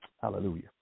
Hallelujah